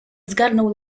zgarnął